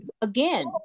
again